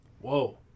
Whoa